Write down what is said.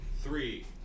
Three